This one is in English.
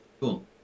Cool